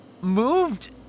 moved